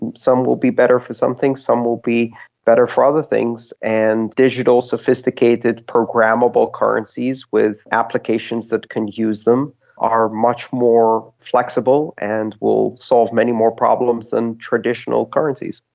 and some will be better for some things, some will be better for other things. and digital sophisticated programmable currencies with applications that can use them are much more flexible and will solve many more problems than traditional currencies.